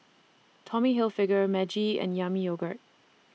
Tommy Hilfiger Meiji and Yami Yogurt